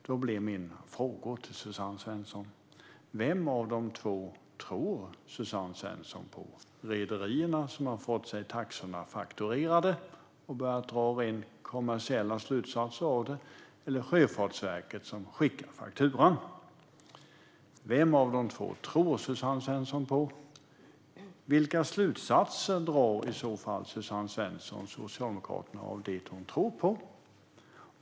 Då blir mina frågor till Suzanne Svensson: Vem av de två tror Suzanne Svensson på - rederierna, som har fått sig taxorna fakturerade och börjat dra rent kommersiella slutsatser av det, eller Sjöfartsverket, som skickar fakturan? Vem av dessa två tror Suzanne Svensson på? Vilka slutsatser drar Suzanne Svensson, Socialdemokraterna, av det hon tror på?